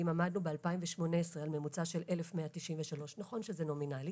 עמדנו בשנת 2018 על ממוצע של 1,193 - נכון שזה נומינלי,